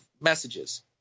messages